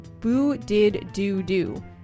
boo-did-do-do